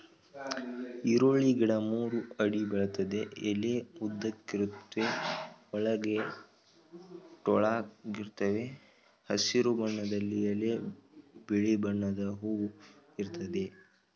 ಈರುಳ್ಳಿ ಗಿಡ ಮೂರು ಅಡಿ ಬೆಳಿತದೆ ಎಲೆ ಉದ್ದಕ್ಕಿರುತ್ವೆ ಒಳಗೆ ಟೊಳ್ಳಾಗಿರ್ತವೆ ಹಸಿರು ಬಣ್ಣದಲ್ಲಿ ಎಲೆ ಬಿಳಿ ಬಣ್ಣದ ಹೂ ಇರ್ತದೆ